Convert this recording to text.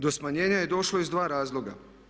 Do smanjenja je došlo iz dva razloga.